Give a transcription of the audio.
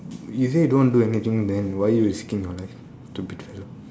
you say you don't want do anything than why are you risking your life to